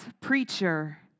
preacher